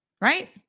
right